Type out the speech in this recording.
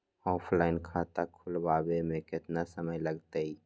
Offline खाता खुलबाबे में केतना समय लगतई?